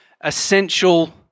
essential